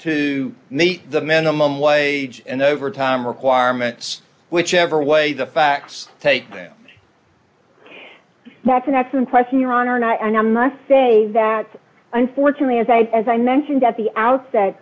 to meet the minimum wage and overtime requirements whichever way the facts take martin excellent question your honor and i must say that unfortunately as i as i mentioned at the outset